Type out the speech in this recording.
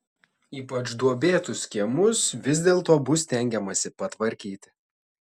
ypač duobėtus kiemus vis dėlto bus stengiamasi patvarkyti